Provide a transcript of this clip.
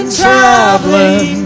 traveling